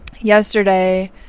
Yesterday